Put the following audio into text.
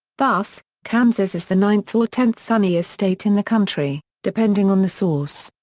thus, kansas is the ninth or tenth sunniest state in the country, depending on the source.